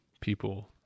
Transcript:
people